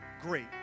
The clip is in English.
great